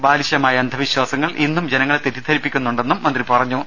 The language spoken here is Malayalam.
ബാലിശമായ അന്ധവിശ്വാസങ്ങൾ ഇന്നും ജനങ്ങളെ തെറ്റിദ്ധരിപ്പിക്കുന്നുണ്ടെന്നും മന്ത്രി പറഞ്ഞു